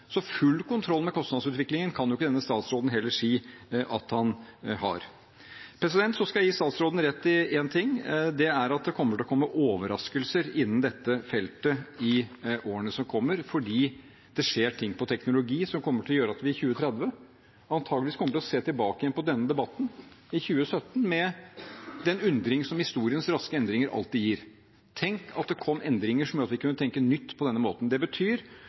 Så full kontroll med kostnadsutviklingen kan jo heller ikke denne statsråden si at han har. Jeg skal gi statsråden rett i én ting. Det er at det kommer til å komme overraskelser på dette feltet i årene som kommer, for det skjer ting innenfor teknologi som kommer til å gjøre at vi i 2030 antageligvis kommer til å se tilbake igjen på denne debatten i 2017 med den undringen som historiens raske endringer alltid gir: Tenk at det kom endringer som gjorde at vi kunne tenke nytt på denne måten! Det betyr